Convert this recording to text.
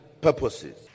purposes